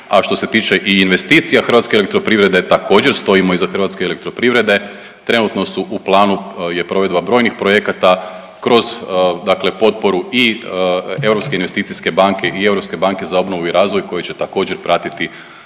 A što se tiče i investicija Hrvatske elektroprivrede također stojimo iza Hrvatske elektroprivrede, trenutno su u planu je provedba brojnih projekata kroz dakle potporu i Europske investicijske banke i